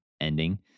ending